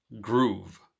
groove